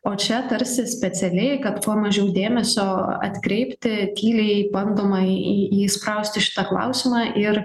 o čia tarsi specialiai kad kuo mažiau dėmesio atkreipti tyliai bandoma į į įsprausti šitą klausimą ir